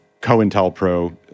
COINTELPRO